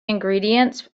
ingredients